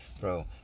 Bro